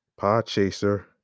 PodChaser